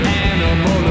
animal